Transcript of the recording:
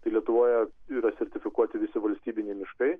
tai lietuvoje yra sertifikuoti visi valstybiniai miškai